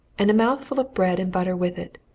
and a mouthful of bread and butter with it.